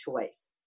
choice